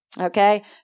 Okay